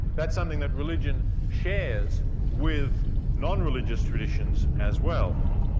that's something that religion shares with non-religious traditions as well.